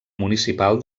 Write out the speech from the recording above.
municipal